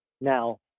Now